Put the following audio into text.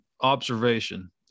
observation